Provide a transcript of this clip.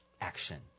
action